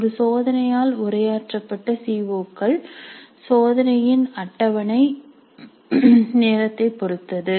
ஒரு சோதனையால் உரையாற்றப்பட்ட சி ஓ கள் சோதனையின் அட்டவணை நேரத்தைப் பொறுத்தது